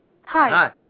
Hi